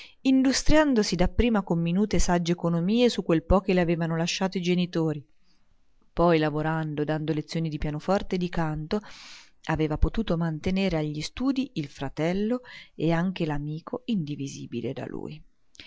lei industriandosi dapprima con minute e sagge economie su quel po che le avevano lasciato i genitori poi lavorando dando lezioni di pianoforte e di canto aveva potuto mantenere agli studii il fratello e anche l'amico indivisibile di lui